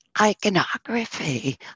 iconography